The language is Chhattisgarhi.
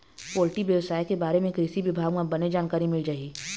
पोल्टी बेवसाय के बारे म कृषि बिभाग म बने जानकारी मिल जाही